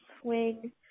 swing